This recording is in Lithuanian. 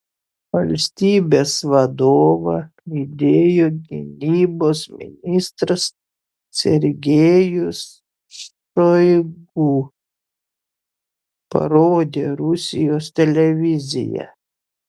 valstybės vadovą lydėjo gynybos ministras sergejus šoigu parodė rusijos televizija